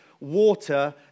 water